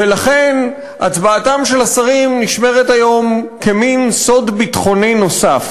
ולכן הצבעתם של השרים נשמרת היום כמין סוד ביטחוני נוסף.